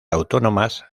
autónomas